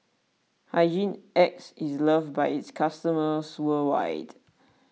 Hygin X is loved by its customers worldwide